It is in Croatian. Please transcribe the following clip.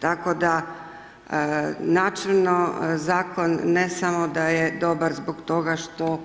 Tako da, načelno zakon, ne samo da je dobar zbog toga što